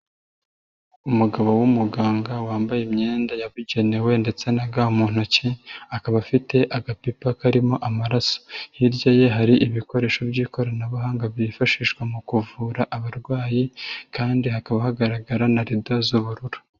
Umugabo w'umuganga wambaye imyenda yabugenewe ndetse na ga mu ntoki akaba afite agapipa karimo amaraso, hirya ye hari ibikoresho by'ikoranabuhanga byifashishwa mu kuvura abarwayi kandi hakaba hagaragara na rido z'ubururu.